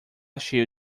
cheio